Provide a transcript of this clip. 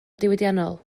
diwydiannol